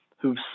who've